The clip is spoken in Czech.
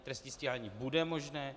Trestní stíhání bude možné.